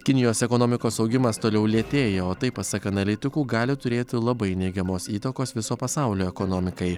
kinijos ekonomikos augimas toliau lėtėja o tai pasak analitikų gali turėt labai neigiamos įtakos viso pasaulio ekonomikai